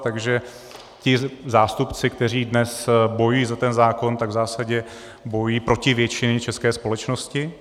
Takže ti zástupci, kteří dnes bojují za ten zákon, v zásadě bojují proti většině české společnosti.